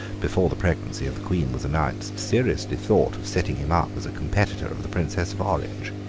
before the pregnancy of the queen was announced, seriously thought of setting him up as a competitor of the princess of orange.